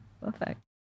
perfect